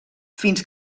fins